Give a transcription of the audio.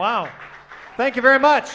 wow thank you very much